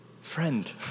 friend